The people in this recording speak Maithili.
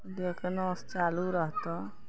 देहके नस चालू रहतौ